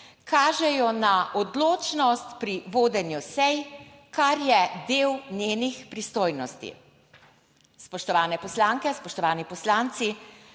kažejo na odločnost pri vodenju sej, kar je del njenih pristojnosti. Spoštovane poslanke, spoštovani poslanci!